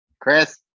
chris